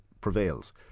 prevails